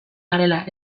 garela